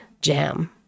jam